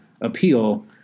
appeal